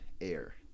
air